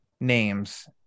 names